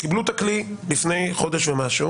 קיבלו את הכלי לפני חודש ומשהו.